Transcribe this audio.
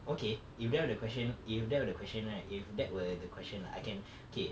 okay if that were the question if that were the question right if that were the question lah I can okay